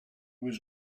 was